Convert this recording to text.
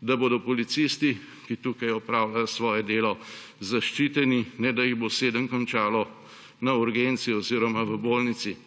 da bodo policisti, ki tukaj opravljajo svoje delo, zaščite, ne da jih bo 7 končalo na urgenci oziroma v bolnici,